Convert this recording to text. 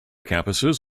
campuses